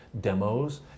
demos